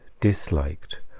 disliked